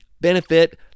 benefit